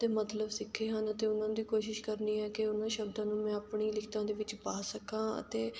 ਦੇ ਮਤਲਬ ਸਿੱਖੇ ਹਨ ਅਤੇ ਉਹਨਾਂ ਦੀ ਕੋਸ਼ਿਸ਼ ਕਰਨੀ ਹੈ ਕਿ ਉਹਨਾਂ ਸ਼ਬਦਾਂ ਨੂੰ ਮੈਂ ਆਪਣੀ ਲਿਖਤਾਂ ਦੇ ਵਿੱਚ ਪਾ ਸਕਾਂ ਅਤੇ